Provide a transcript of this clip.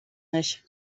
nicht